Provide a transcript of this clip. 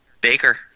Baker